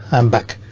i'm back,